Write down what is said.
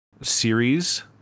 series